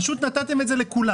פשוט נתתם את זה לכולם.